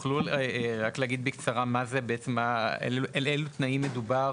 תוכלו רק להגיד בקצרה באילו תנאים מדובר